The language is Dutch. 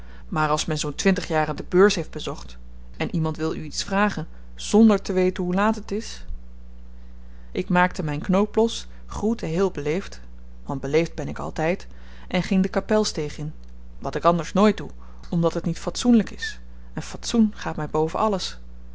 maar als men zoo'n twintig jaren de beurs heeft bezocht en iemand wil u iets vragen zonder te weten hoe laat het is ik maakte myn knoop los groette heel beleefd want beleefd ben ik altyd en ging de kapelsteeg in wat ik anders nooit doe omdat het niet fatsoenlyk is en fatsoen gaat my boven alles